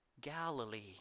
Galilee